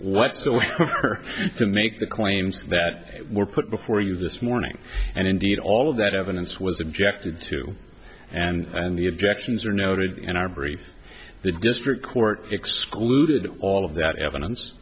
whatsoever to make the claims that were put before us this morning and indeed all of that evidence was objected to and the objections are noted in our brief the district court excluded all of that evidence